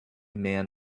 man